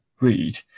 read